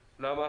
למה?